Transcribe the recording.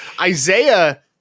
Isaiah